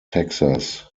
texas